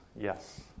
yes